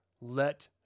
let